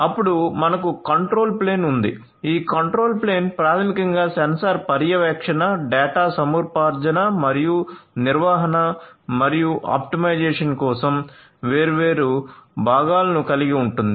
అప్పుడు మనకు control plane ఉంది ఈ కంట్రోల్ ప్లేన్ ప్రాథమికంగా సెన్సార్ పర్యవేక్షణ డేటా సముపార్జన మరియు నిర్వహణ మరియు ఆప్టిమైజేషన్ కోసం వేర్వేరు భాగాలను కలిగి ఉంటుంది